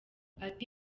ati